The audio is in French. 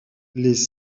les